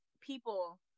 people